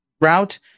route